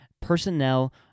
personnel